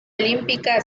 olímpica